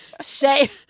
Say